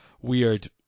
weird